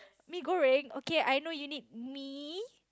mee-goreng okay I know you need mee